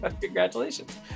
Congratulations